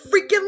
freaking